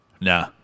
Nah